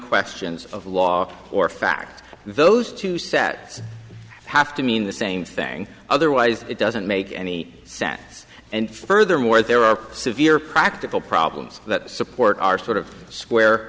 questions of law or fact those two sets have to mean the same thing otherwise it doesn't make any sense and furthermore there are severe practical problems that support our sort of square